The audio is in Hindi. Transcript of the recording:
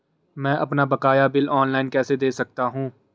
मैं अपना बकाया बिल ऑनलाइन कैसे दें सकता हूँ?